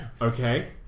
Okay